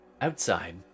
Outside